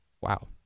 wow